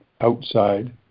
outside